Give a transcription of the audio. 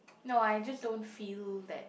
no I just don't feel that